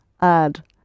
add